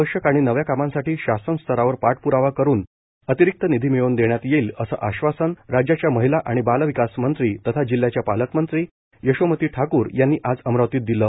आवश्यक आणि नव्या कामांसाठी शासन स्तरावर पाठप्रावा करून अतिरिक्त निधी मिळवून देण्यात येईल असे आश्वासन राज्याच्या महिला आणि बालविकास मंत्री तथा जिल्ह्याच्या पालकमंत्री यशोमती ठाकूर यांनी आज अमरावतीत दिले